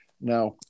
Now